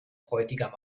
bräutigam